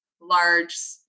large